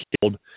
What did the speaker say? killed